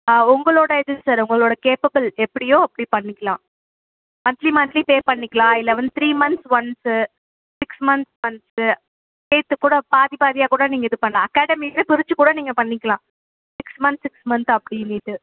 ஆ உங்களோட இது சார் உங்களோட கேப்பபில் எப்படியோ அப்படி பண்ணிக்கலாம் மன்த்லி மன்த்லி பே பண்ணிக்கலாம் இல்லை வந்து three months once six month once சேர்த்து கூட பாதி பாதியாக கூட நீங்கள் இது பண்ணலாம் அகாடமியில் பிரிச்சு கூட நீங்கள் பண்ணிக்கலாம் சிக்ஸ் மந்த் சிக்ஸ் மன்த் அப்படின்னுட்டு